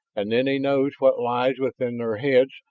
and then he knows what lies within their heads,